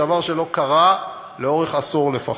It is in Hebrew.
דבר שלא קרה לאורך עשור לפחות.